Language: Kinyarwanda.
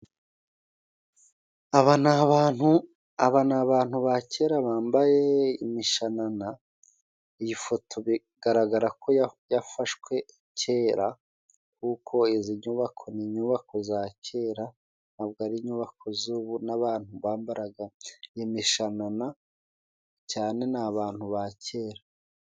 Aba ni abantu aba ni abantu ba kera bambaye imishanana. Iyi foto bigaragara ko yafashwe kera kuko izi nyubako ni inyubako za kera ntabwo ari inyubako z'ubu n'abantu bambaraga imishanana cyane ni abantu ba kera.